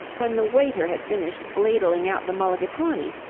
when the waiter had finished ladling out the mulligatawny.